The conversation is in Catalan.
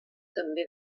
també